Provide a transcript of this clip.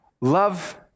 love